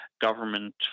government